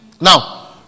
Now